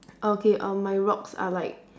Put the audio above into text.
okay um my rocks are like